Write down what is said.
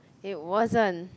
it wasn't